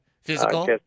Physical